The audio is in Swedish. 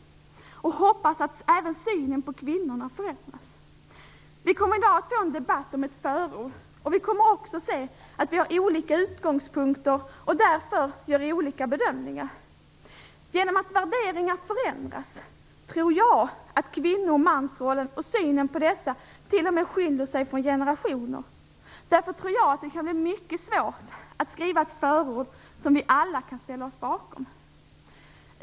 Jag hoppas att även synen på kvinnorna förändras. Vi kommer i dag att få en debatt om ett förord, och vi kommer också att se att vi har olika utgångspunkter och därför gör olika bedömningar. Genom att värderingar förändras tror jag att kvinno och mansrollen och synen på dessa t.o.m. skiljer sig från generation till generation. Därför tror jag att det kan bli mycket svårt att skriva ett förord som vi alla kan ställa oss bakom.